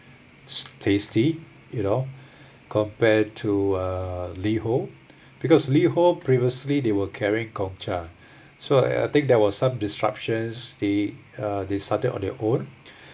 tasty you know compared to uh liho because liho previously they were carrying gong cha so I think there was some disruptions they uh they started on their own